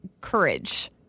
courage